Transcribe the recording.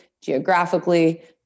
geographically